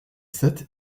sept